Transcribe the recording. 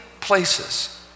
places